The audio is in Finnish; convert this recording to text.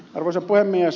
arvoisa puhemies